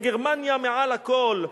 שגרמניה מעל הכול.